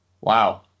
wow